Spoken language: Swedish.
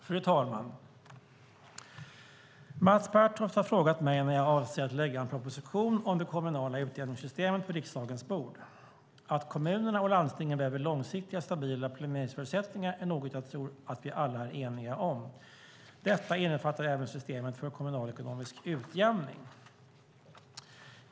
Fru talman! Mats Pertoft har frågat mig när jag avser att lägga en proposition om det kommunala utjämningssystemet på riksdagens bord. Att kommunerna och landstingen behöver långsiktiga och stabila planeringsförutsättningar är något jag tror att vi alla är eniga om. Detta innefattar även systemet för kommunalekonomisk utjämning.